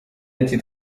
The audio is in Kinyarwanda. ati